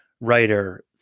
writer